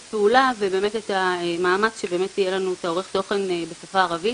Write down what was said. הפעולה ובאמת את המאמץ שיהיה לנו עורך תוכן בשפה הערבית.